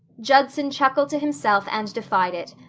judson chuckled to himself and defied it,